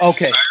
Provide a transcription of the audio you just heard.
Okay